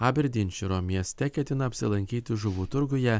aberdinširo mieste ketina apsilankyti žuvų turguje